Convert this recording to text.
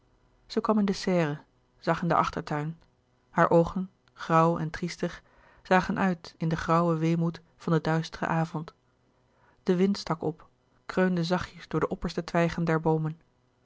zij kwam in de serre zag in den achtertuin haar oogen grauw en triestig louis couperus de boeken der kleine zielen zagen uit in den grauwen weemoed van den duisterenden avond de wind stak op kreunde zachtjes door de opperste twijgen der boomen